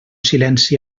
silenci